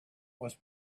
was